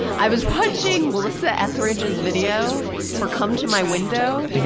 i was watching melissa etheridge's video for come to my window.